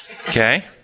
Okay